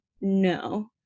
No